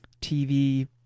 TV